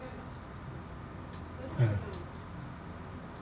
ya